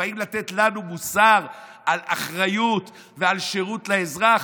ובאים לתת לנו מוסר על אחריות ועל שירות לאזרח?